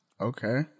okay